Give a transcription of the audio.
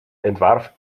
entwarf